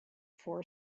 four